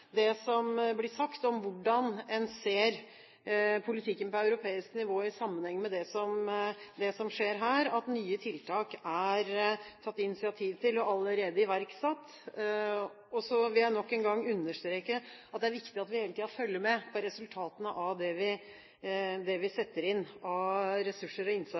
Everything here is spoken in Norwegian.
det er betryggende det som blir sagt om hvordan en ser politikken på europeisk nivå i sammenheng med det som skjer her, at det er tatt initiativ til nye tiltak og at de allerede er iverksatt. Så vil jeg nok en gang understreke at det er viktig at vi hele tiden følger med på resultatene av det vi setter inn av ressurser og